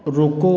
रुको